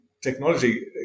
technology